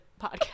podcast